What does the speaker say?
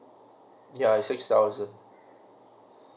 yeah six thousand